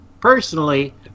personally